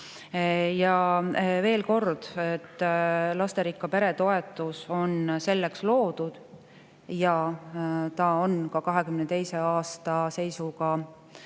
veel kord: lasterikka pere toetus on selleks loodud ja ta on ka 2022. aasta seisuga